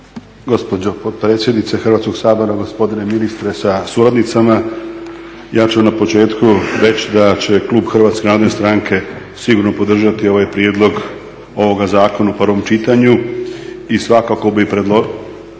Gospođo potpredsjednice Hrvatskog sabora, gospodine ministre sa suradnicama ja ću na početku reći da će klub Hrvatske narodne stranke sigurno podržati ovaj prijedlog ovoga zakona u prvom čitanju i svakako bi predložili